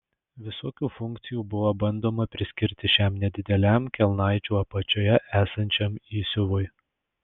visokių funkcijų buvo bandoma priskirti šiam nedideliam kelnaičių apačioje esančiam įsiuvui